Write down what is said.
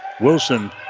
Wilson